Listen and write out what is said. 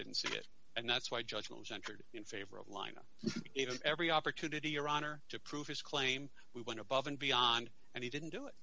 didn't see it and that's why the judge was entered in favor of line in every opportunity your honor to prove his claim we went above and beyond and he didn't do it